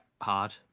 hard